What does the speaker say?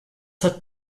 hat